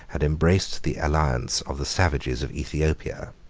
had embraced the alliance of the savages of aethiopia.